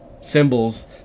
symbols